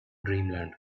dreamland